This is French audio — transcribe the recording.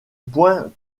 point